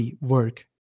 work